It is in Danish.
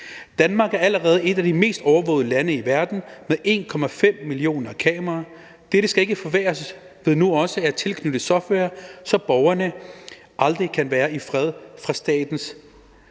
Danmark er allerede et af de mest overvågede lande i verden med 1,5 millioner kameraer. Dette skal ikke forværres ved også at tilknytte software, så borgerne aldrig kan være i fred fra statens